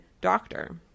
doctor